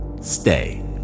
stay